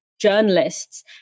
journalists